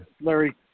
Larry